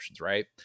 right